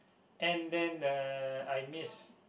and then uh I miss